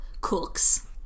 cooks